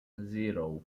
zero